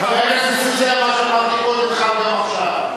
חבר הכנסת נסים זאב, מה שאמרתי קודם חל גם עכשיו.